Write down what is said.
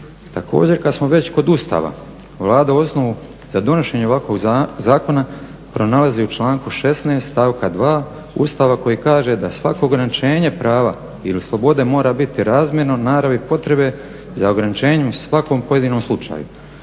Također kad smo već kod Ustava Vlada osnovu za donošenje ovakvog zakona pronalazi u članku 16. stavka 2. Ustava koji kaže da svako ograničenje prava ili slobode mora biti razmjerno naravi potrebe za ograničenjem u svakom pojedinom slučaju.